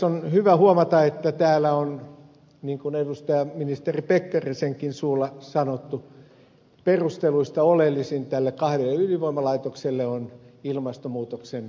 on hyvä huomata että täällä on niin kuin on ministeri pekkarisenkin suulla sanottu perusteluista oleellisin näille kahdelle ydinvoimalaitokselle ilmastonmuutoksen hillintä